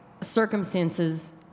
circumstances